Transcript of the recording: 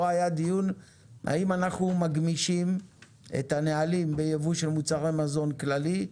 פה היה דיון האם אנחנו מגמישים את הנהלים בייבוא של מוצרי מזון כללי.